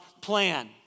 plan